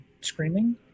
screaming